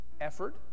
effort